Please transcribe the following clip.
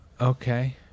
Okay